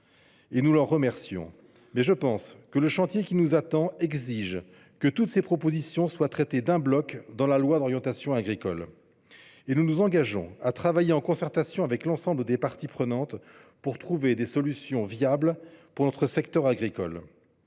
et nous l’en remercions. Néanmoins, le chantier qui nous attend exige que toutes ces propositions soient traitées d’un bloc dans la loi d’orientation et d’avenir agricoles. Nous nous engageons à travailler en concertation avec l’ensemble des parties prenantes pour trouver des solutions viables pour notre secteur agricole.